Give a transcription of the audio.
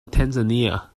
tanzania